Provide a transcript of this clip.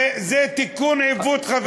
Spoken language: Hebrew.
זה תיקון עיוות, חברים.